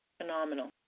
phenomenal